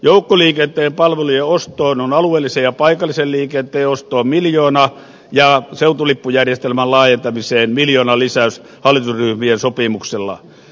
joukkoliikenteen palvelujen ostoon on alueellisen ja paikallisen liiken teen ostoon miljoona ja seutulippujärjestelmän laajentamiseen miljoonan lisäys hallitusryhmien sopimuksella